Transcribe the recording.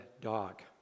dog